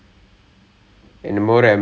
oh okay okay